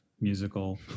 musical